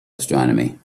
astronomy